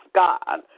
god